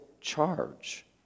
charge